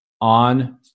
on